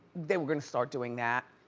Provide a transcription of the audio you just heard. they were going to start doing that.